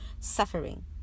suffering